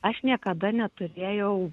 aš niekada neturėjau